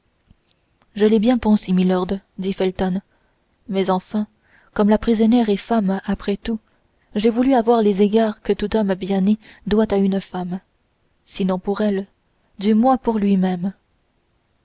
je l'ai bien pensé milord dit felton mais enfin comme la prisonnière est femme après tout j'ai voulu avoir les égards que tout homme bien né doit à une femme sinon pour elle du moins pour lui-même